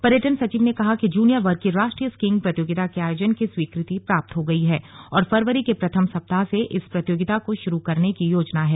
पर्यटन सचिव ने कहा कि जुनियर वर्ग की राष्ट्रीय स्कीइंग प्रतियोगिता के आयोजन की स्वीकृति प्राप्त हो गई है और फरवरी के प्रथम सप्ताह से इस प्रतियोगिता को शुरू करने की योजना है